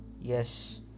yes